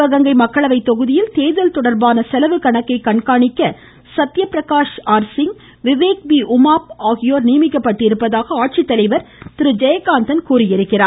சிவகங்கை மக்களவை தொகுதியில் தேர்தல் தொடர்பான செலவு கணக்கை கண்காணிக்க சத்யபிரகாஷ் ஆர் சிங் விவேக் பி உமாப் ஆகியோர் நியமிக்கப்பட்டிருப்பதாக ஆட்சித்தலைவர் திரு ஜெயகாந்தன் தெரிவித்துள்ளார்